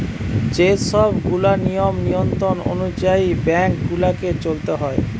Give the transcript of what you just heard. যে সব গুলা নিয়ম নিয়ন্ত্রণ অনুযায়ী বেঙ্ক গুলাকে চলতে হয়